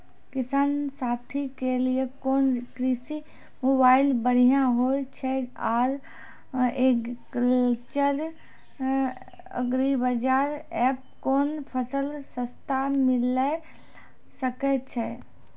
किसान साथी के लिए कोन कृषि मोबाइल बढ़िया होय छै आर एग्रीकल्चर के एग्रीबाजार एप कोन फसल सस्ता मिलैल सकै छै?